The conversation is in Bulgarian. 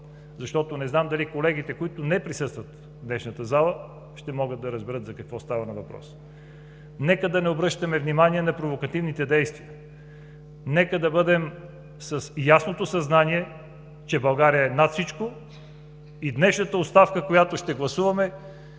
защото не знам дали колеги, които не присъстват в залата, ще могат да разберат за какво става въпрос: нека да не обръщаме внимание на провокативните действия, нека да бъдем с ясното съзнание, че България е над всичко и днешната оставка, която ще гласуваме,